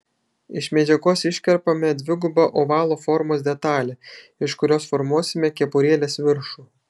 iš medžiagos iškerpame dvigubą ovalo formos detalę iš kurios formuosime kepurėlės viršų